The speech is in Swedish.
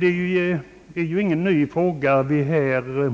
Det är ju ingen ny fråga som vi här